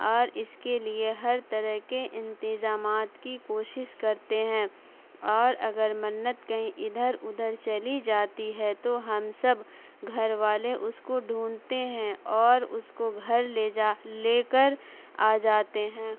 اور اس کے لیے ہر طرح کے انتظامات کی کوشش کرتے ہیں اور اگر منت کہیں ادھر ادھر چلی جاتی ہے تو ہم سب گھر والے اس کو ڈھونڈتے ہیں اور اس کو گھر لے جا لے کر آ جاتے ہیں